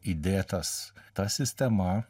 įdėtas ta sistema